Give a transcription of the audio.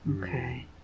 Okay